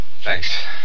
Thanks